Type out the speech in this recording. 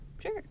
Sure